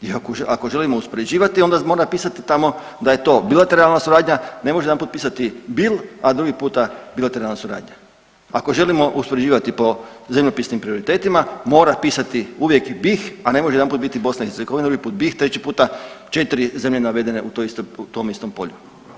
I ako želimo uspoređivati onda mora pisati tamo da je to bilateralna suradnja, ne može jedanput pisati bil a drugi puta bilateralna suradnja ako želimo uspoređivati po zemljopisnim prioritetima mora pisati uvijek BiH, a ne može jedanput biti Bosna i Hercegovina, drugi puta BiH, treći puta 4 zemlje navedene u tom istom polju.